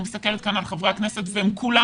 אני מסתכלת כאן על חברי הכנסת והם כולם